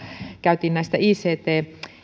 käytiin sisäisistä ict